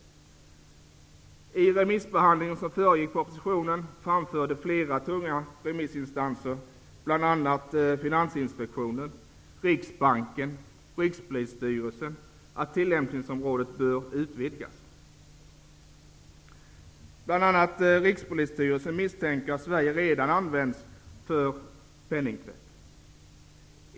I remissbehandlingen som föregick propositionen framfördes från flera tunga remissinstanser, bl.a. Rikspolisstyrelsen att tillämpningsområdet, borde utvidgas. Rikspolisstyrelsen misstänker att Sverige redan används för penningtvätt.